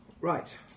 Right